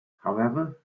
however